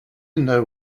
know